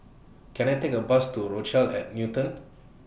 Can I Take A Bus to Rochelle At Newton